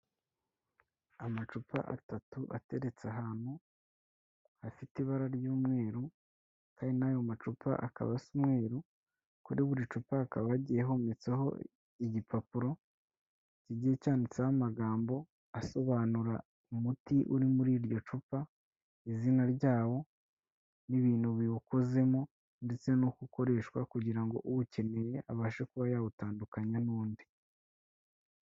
Amacupa atatu ateretse ahantu hafite ibara ry'umweru kandi n'ayo macupa akaba asa umweru, kuri buri cupa hakaba yagiye hometseho igipapuro kigiye cyanditseho amagambo asobanura umuti uri muri iryo cupa, izina ryawo n'ibintu biwukozemo ndetse n'uko ukoreshwa, kugira ngo uwukeneye abashe kuba yawutandukanya n'undi.